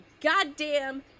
goddamn